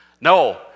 No